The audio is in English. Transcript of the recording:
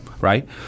right